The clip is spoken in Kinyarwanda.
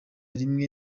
rimwe